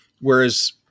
Whereas